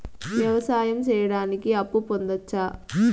వ్యవసాయం సేయడానికి అప్పు పొందొచ్చా?